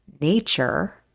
nature